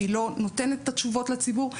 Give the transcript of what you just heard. שהיא לא נותנת את התשובות לציבור,